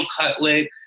cutlet